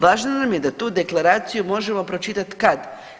Važno nam je da tu deklaraciju možemo pročitati kad?